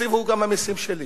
התקציב הוא גם מהמסים שלי.